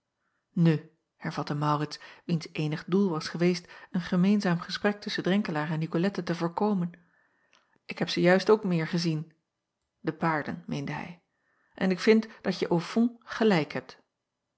u hervatte aurits wiens eenig doel was geweest een gemeenzaam gesprek tusschen renkelaer en icolette te voorkomen ik heb ze juist ook meer gezien de paarden meende hij en ik vind dat je au fond gelijk hebt